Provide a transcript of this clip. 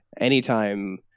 anytime